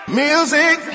music